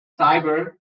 cyber